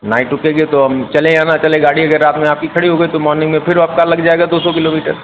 night रुकेंगे तो हम चलें या न चलें गाड़ी अगर रात में आपकी खड़ी हो गई तो मॉर्निंग में फिर वो आपका लग जाएगा दो सौ किलोमीटर